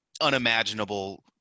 unimaginable